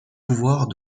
pouvoirs